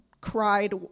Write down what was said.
cried